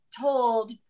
told